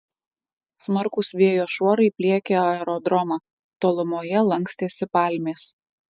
smarkūs vėjo šuorai pliekė aerodromą tolumoje lankstėsi palmės